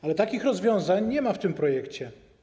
Jednak takich rozwiązań nie ma w tym projekcie.